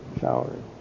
showering